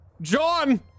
John